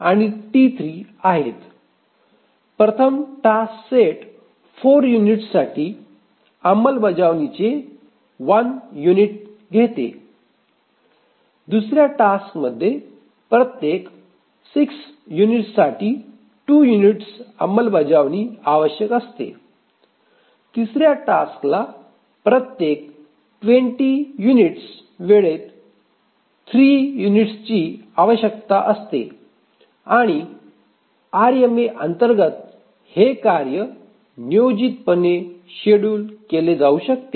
प्रथम टास्क प्रत्येक 4 युनिट्ससाठी अंमलबजावणीचे 1 युनिट घेते दुसर्या टास्कमध्ये प्रत्येक 6 युनिटसाठी 2 युनिट्सची अंमलबजावणी आवश्यक असते तिसर्या टास्कला प्रत्येक 20 युनिट्स वेळेत 3 युनिट्सची आवश्यकता असते आणि आरएमए अंतर्गत हे कार्य नियोजितपणे शेड्युल केले जाऊ शकते